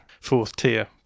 fourth-tier